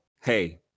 hey